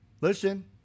Listen